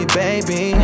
baby